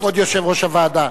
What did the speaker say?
כבוד יושב-ראש הוועדה,